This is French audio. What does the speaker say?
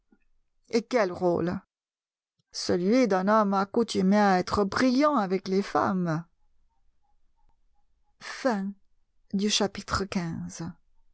et quel rôle celui d'un homme accoutumé à être brillant avec les femmes chapitre